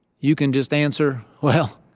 you can just answer, well,